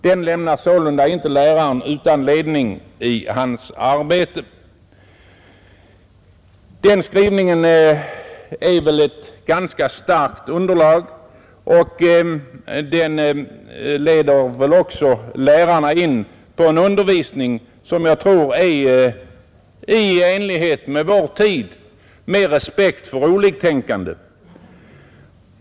Den lämnar sålunda inte läraren utan ledning i hans arbete.” Den skrivningen är väl ett ganska starkt underlag, och den leder väl också lärarna in på en undervisning som jag tror är i enlighet med vår tid, med respekt för oliktänkande.